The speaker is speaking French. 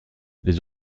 les